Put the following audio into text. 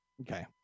Okay